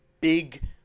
big